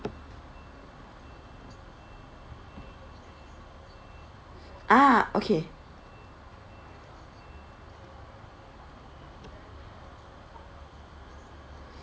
ah okay